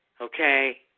okay